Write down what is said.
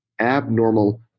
abnormal